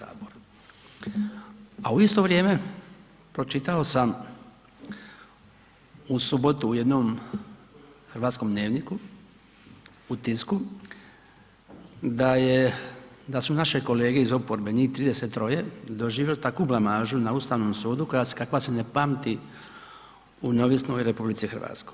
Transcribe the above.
A u isto vrijeme, pročitao sam u subotu u jednom hrvatskom dnevniku u tisku da je, da su naše kolege iz oporbe, njih 33 doživjeli takvu blamažu na Ustavnom sudu, kakva se ne pamti u neovisnoj RH.